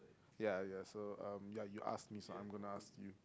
ya ya so um ya you ask me so I am gonna ask you